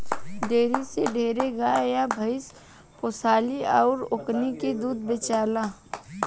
dairy में ढेरे गाय आ भइस पोसाली अउर ओकनी के दूध बेचाला